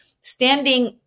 standing